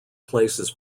places